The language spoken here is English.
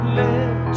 let